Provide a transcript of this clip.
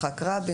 התשט"ו 1955,